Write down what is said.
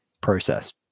process